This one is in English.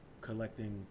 collecting